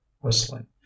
whistling